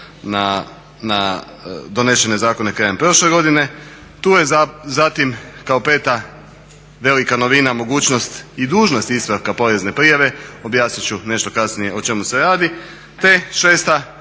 na donesene zakone krajem prošle godine. Tu je zatim kao peta velika novina mogućnost i dužnost ispravka porezne prijave, objasnit ću nešto kasnije o čemu se radi te šesta